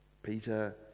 Peter